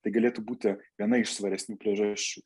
tai galėtų būti viena iš svaresnių priežasčių